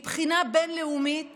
מבחינה בין-לאומית